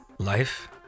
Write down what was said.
Life